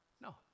No